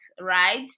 right